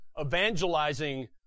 evangelizing